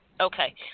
Okay